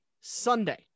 Sunday